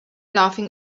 laughing